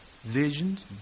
visions